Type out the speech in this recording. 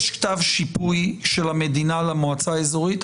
יש כתב שיפוי של המדינה למועצה האזורית?